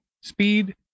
speed